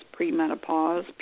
premenopause